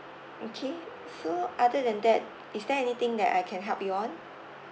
okay so other than that is there anything that I can help you on